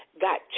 got